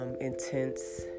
intense